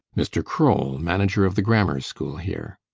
mr. kroll, master of the grammar school here.